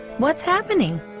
what's happening